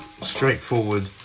straightforward